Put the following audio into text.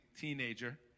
teenager